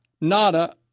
nada